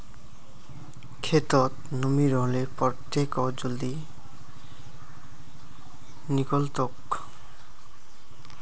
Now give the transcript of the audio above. खेतत नमी रहले पर टेको जल्दी निकलतोक